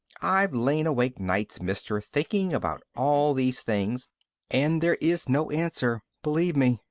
i've lain awake nights, mister, thinking about all these things and there is no answer, believe me,